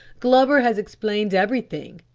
glover has explained everything,